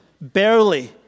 Barely